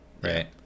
right